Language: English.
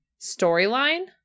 storyline